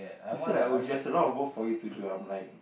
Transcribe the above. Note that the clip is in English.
he said like oh yes a lot of work for you to do I'm like